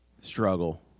struggle